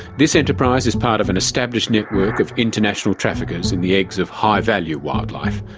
this enterprise is part of an established network of international traffickers in the eggs of high value wildlife.